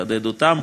ולעודד אותם